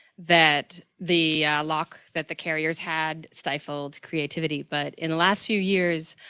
that the lock that the carriers had stifled creativity. but in the last few years,